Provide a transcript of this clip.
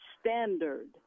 standard